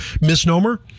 misnomer